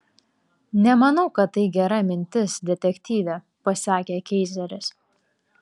nemanau kad tai gera mintis detektyve pasakė keizeris